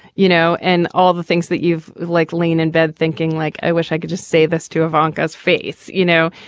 you know, and all the things that you've like laying in bed thinking like, i wish i could just say this to have anchor's face, you know,